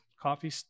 coffee